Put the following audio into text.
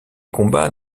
combats